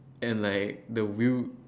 and like the wheel